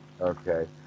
Okay